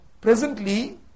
presently